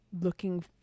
looking